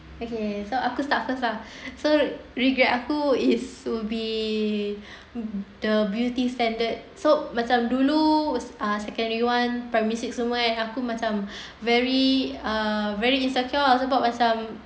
okay so aku start first lah so regret aku is to be the beauty standard so macam dulu uh secondary one primary six semua kan aku macam very uh very insecure lah sebab macam